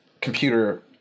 computer